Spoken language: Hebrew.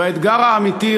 והאתגר האמיתי,